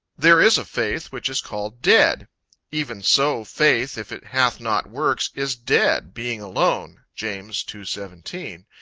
there is a faith which is called dead even so faith, if it hath not works, is dead, being alone. james two seventeen.